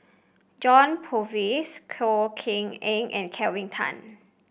John Purvis Koh Kian Eng and Kelvin Tan